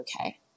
okay